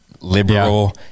liberal